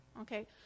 okay